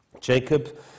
Jacob